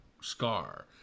scar